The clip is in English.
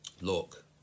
look